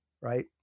right